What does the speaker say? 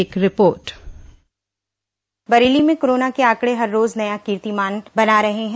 एक रिपोर्ट बरेली में कोरोना के आंकड़े हर रोज नया कीर्तिमान बना रहे है